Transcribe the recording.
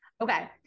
Okay